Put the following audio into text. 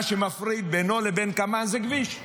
מה שמפריד בינו ובין כמאנה זה כביש,